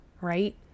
right